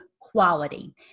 quality